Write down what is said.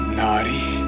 naughty